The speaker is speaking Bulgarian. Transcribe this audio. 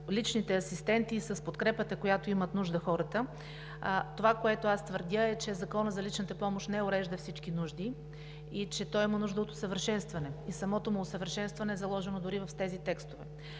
личните асистенти и с подкрепата, от която имат нужда хората. Това, което аз твърдя, е, че Законът за личната помощ не урежда всички нужди и че той има нужда от усъвършенстване – самото му усъвършенстване е заложено дори в тези текстове.